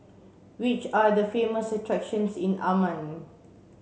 which are the famous attractions in Amman